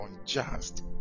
unjust